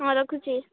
ହଁ ରଖୁଛି